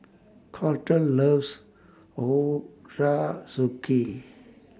Colter loves Ochazuke